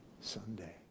Sunday